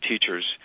teachers